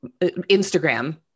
Instagram